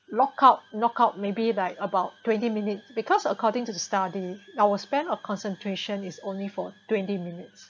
lockout knockout maybe by about twenty minutes because according to the study hour spend of concentration is only for twenty minutes